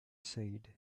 said